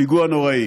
פיגוע נוראי.